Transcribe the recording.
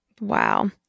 Wow